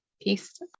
piece